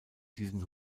diesen